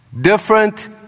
Different